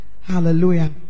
Hallelujah